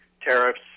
tariffs